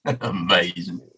amazing